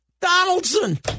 Donaldson